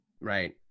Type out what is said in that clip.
Right